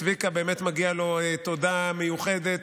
צביקה, באמת מגיעה לו תודה מיוחדת,